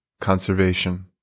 conservation